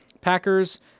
Packers